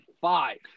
five